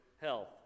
health